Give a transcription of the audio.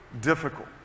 difficult